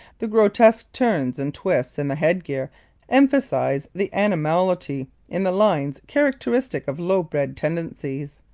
the grotesque turns and twists in the head-gear emphasize the animality in the lines characteristic of low-bred tendencies,